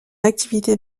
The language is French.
activité